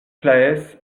claës